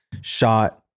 shot